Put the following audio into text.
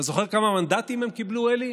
אתה זוכר כמה מנדטים הם קיבלו, אלי?